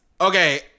Okay